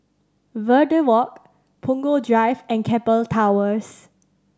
Verde Walk Punggol Drive and Keppel Towers